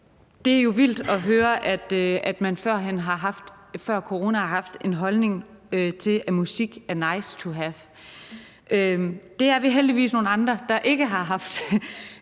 Det er jo vildt at høre, at man før corona har haft en holdning til, at musik er nice to have. Det er vi heldigvis nogle andre der ikke har haft.